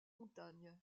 montagne